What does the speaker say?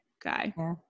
guy